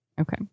Okay